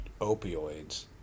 opioids